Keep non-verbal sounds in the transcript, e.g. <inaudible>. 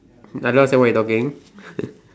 I don't understand what you talking <laughs>